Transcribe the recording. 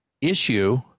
issue